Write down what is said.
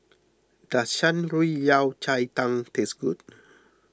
does Shan Rui Yao Cai Tang taste good